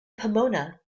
pomona